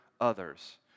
others